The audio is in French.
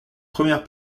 premières